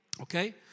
Okay